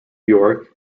york